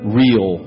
real